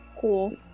Cool